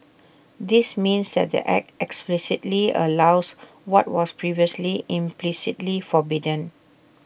this means that the act explicitly allows what was previously implicitly forbidden